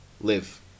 Live